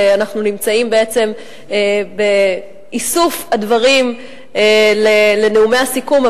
ואנחנו נמצאים בעצם באיסוף הדברים ונאומי הסיכום,